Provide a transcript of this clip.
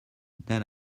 then